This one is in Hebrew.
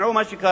תשמעו מה שקרה,